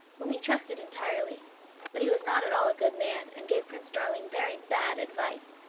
whom he trusted entirely but he was not at all a good man, and gave prince darling very bad advice,